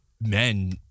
men